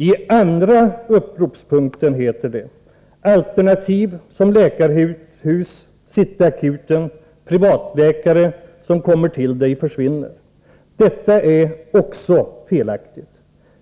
I andra uppropspunkten heter det: Alternativ som läkarhus, City Akuten och privatläkare som kommer till dig försvinner. Detta är också felaktigt.